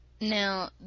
now